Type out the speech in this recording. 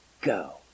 go